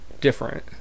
different